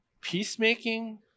Peacemaking